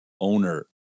owner